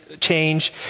change